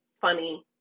funny